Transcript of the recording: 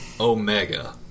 Omega